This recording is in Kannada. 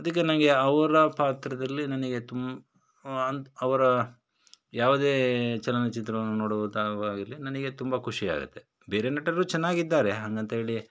ಅದಕ್ಕೆ ನನಗೆ ಅವರ ಪಾತ್ರದಲ್ಲಿ ನನಗೆ ತುಂ ಅಂತ ಅವರ ಯಾವುದೇ ಚಲನಚಿತ್ರವನ್ನು ನೋಡುವ ಇರಲಿ ನನಗೆ ತುಂಬ ಖುಷಿ ಆಗುತ್ತೆ ಬೇರೆ ನಟರೂ ಚೆನ್ನಾಗಿದ್ದಾರೆ ಹಾಗಂತೇಳಿ